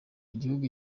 igihugu